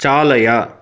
चालय